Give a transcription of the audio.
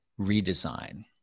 redesign